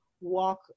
walk